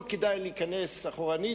לא כדאי להיכנס אחורנית,